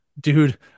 Dude